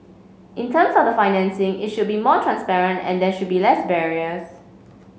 in terms of the financing it should be more transparent and there should be less barriers